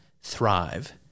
thrive